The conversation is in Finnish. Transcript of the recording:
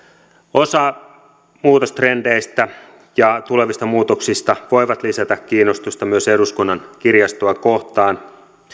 osa muutostrendeistä ja tulevista muutoksista voi lisätä kiinnostusta myös eduskunnan kirjastoa kohtaan